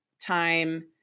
time